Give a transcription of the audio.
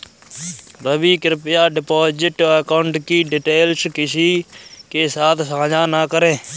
रवि, कृप्या deposit account की details किसी के साथ सांझा न करें